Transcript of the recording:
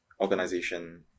organization